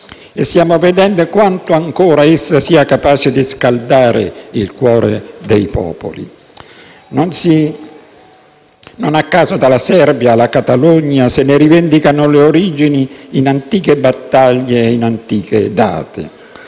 E stiamo vedendo quanto ancora essa sia capace di scaldare il cuore dei popoli; non a caso, dalla Serbia alla Catalogna se ne rivendicano le origini in antiche battaglie e in antiche date.